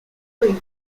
three